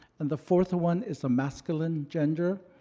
and the fourth one is a masculine gender.